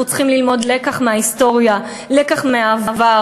אנחנו צריכים ללמוד לקח מההיסטוריה, לקח מהעבר.